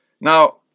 Now